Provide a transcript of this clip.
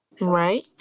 Right